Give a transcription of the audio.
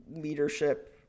leadership